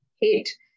hate